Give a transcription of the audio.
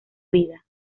vida